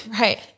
Right